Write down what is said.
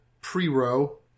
pre-Row